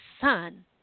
Son